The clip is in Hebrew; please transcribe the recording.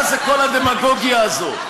מה זה כל הדמגוגיה הזאת?